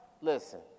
listen